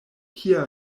kia